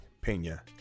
Pena